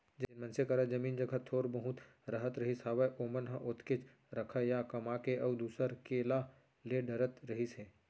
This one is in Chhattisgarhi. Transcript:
जेन मनसे करा जमीन जघा थोर बहुत रहत रहिस हावय ओमन ह ओतकेच रखय या कमा के अउ दूसर के ला ले डरत रहिस हे